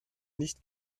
nicht